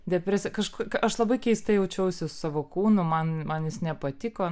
depresija kažkokia aš labai keistai jaučiausi savo kūnu man man jis nepatiko